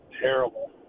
terrible